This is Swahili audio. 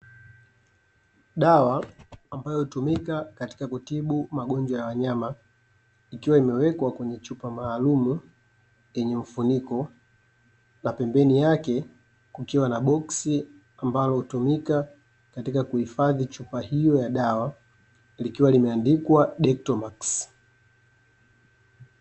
Dawa ambayo hutumika katika kutibu magonjwa ya wanyama ikiwa imewekwa kwenye chupa maalumu yenye mfuniko na pembeni yake kukiwa na boksi ambalo hutumika katika kuhifadhi chupa hiyo ya dawa likiwa limeandikwa Dectomax .